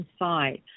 inside